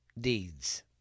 deeds